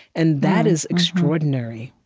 and that is extraordinary.